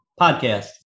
podcast